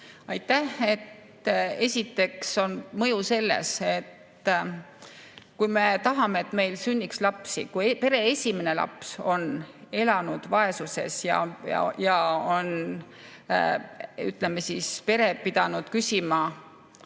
Aitäh! Esiteks on mõju selles: kui me tahame, et meil sünniks lapsi, kui pere esimene laps on elanud vaesuses ja pere on pidanud küsima